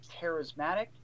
charismatic